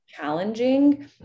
challenging